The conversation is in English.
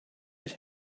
his